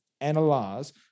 analyze